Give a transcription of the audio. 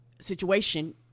situation